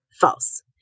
false